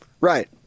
Right